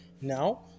now